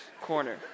corner